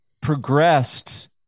progressed